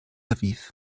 aviv